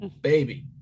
baby